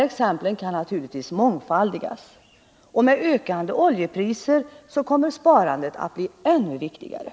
Exemplen kan mångfaldigas. Med ökande oljepriser kommer sparandet att bli ännu viktigare.